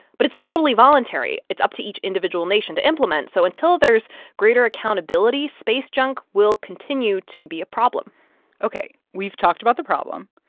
but it's totally voluntary. it's up to each individual nation to implement. so until there's greater accountability, space junk will continue to be a problem ok. we've talked about the problem.